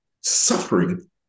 suffering